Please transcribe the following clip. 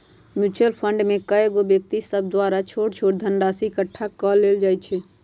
mutual fund में कएगो व्यक्ति सभके द्वारा छोट छोट धनराशि एकठ्ठा क लेल जाइ छइ